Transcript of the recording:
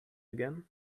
again